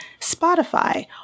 Spotify